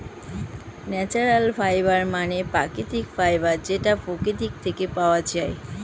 natural fibre মানে প্রাকৃতিক fibre যেটা প্রকৃতি থেকে পাওয়া যায়